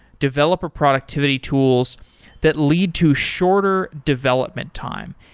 developer productivity tools that lead to shorter development time.